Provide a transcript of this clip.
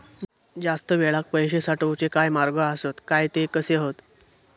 जास्त वेळाक पैशे साठवूचे काय मार्ग आसत काय ते कसे हत?